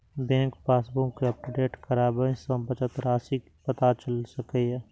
bank passbook कें update कराबय सं बचत राशिक पता चलि सकैए